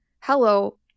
Hello